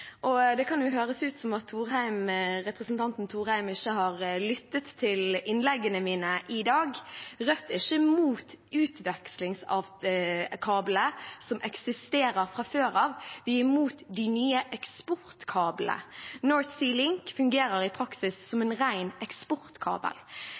representanten Thorheim ikke har lyttet til innleggene mine i dag. Rødt er ikke imot utvekslingskablene som eksisterer fra før; vi er imot de nye eksportkablene. North Sea Link fungerer i praksis som